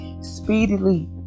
speedily